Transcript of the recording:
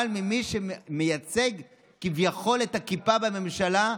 אבל ממי שמייצג כביכול את הכיפה בממשלה,